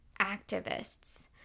activists